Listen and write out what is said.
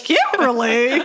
Kimberly